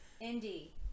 Indy